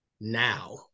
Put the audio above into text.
now